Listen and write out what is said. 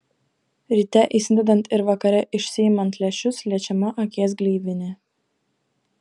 ryte įsidedant ir vakare išsiimant lęšius liečiama akies gleivinė